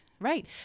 Right